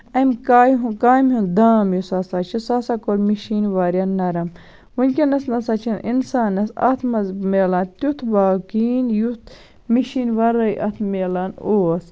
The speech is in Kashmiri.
اَمہِ کامہِ ہُند دام یُس ہسا چھُ سُہ ہسا کوٚر مِشیٖنہِ واریاہ نَرٕم ؤنکیٚنَس نہ سا چھِنہٕ اِنسانَس اَتھ منٛز مِلان تیُتھ باو کِہینۍ یُتھ مِشیٖن وَرٲے اَتھ مِلان اوس